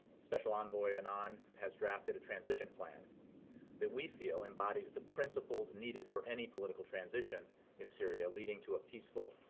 special envoy and annan has drafted a transition plan that we feel embodies the principles needed for any political transition in syria leading to a peaceful,